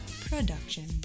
Production